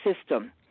system